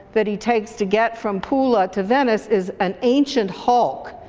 that he takes to get from pula to venice, is an ancient hulk.